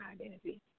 identity